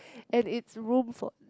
and it's room for